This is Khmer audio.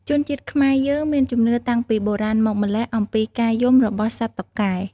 ជនជាតិខ្មែរយើងមានជំនឿតាំងពីបុរាណមកម្ល៉េះ អំពីការយំរបស់សត្វតុកែ។